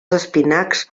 espinacs